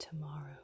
tomorrow